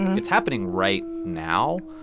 it's happening right now.